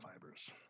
fibers